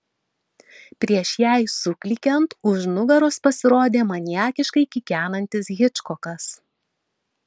prieš jai suklykiant už nugaros pasirodė maniakiškai kikenantis hičkokas